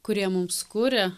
kurie mums kuria